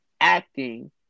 acting